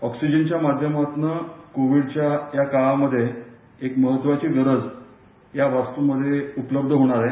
ऑक्सिजनच्या माध्यमातनं कोविडच्या या काळामध्ये एक महत्वाची गरज या वास्तूमध्ये उपलब्ध होणार आहे